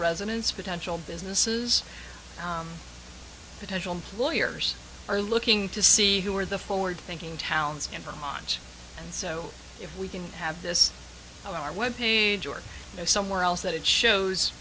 residents potential businesses potential employers are looking to see who are the forward thinking towns in vermont and so if we can have this out on our web page or somewhere else that it shows